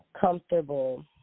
comfortable